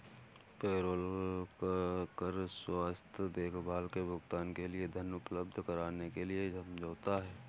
payroll कर स्वास्थ्य देखभाल के भुगतान के लिए धन उपलब्ध कराने के लिए समझौता है